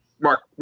Mark